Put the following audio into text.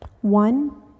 One